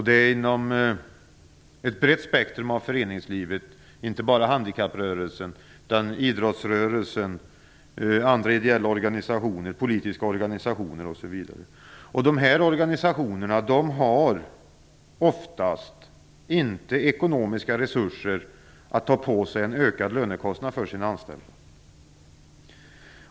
Det är inom ett brett spektrum av föreningslivet, inte bara handikapprörelsen, utan också idrottsrörelsen, andra ideella organisationer och politiska organisationer osv. Dessa organisationer har oftast inte ekonomiska resurser att ta på sig en ökad lönekostnad för sina anställda.